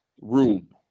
room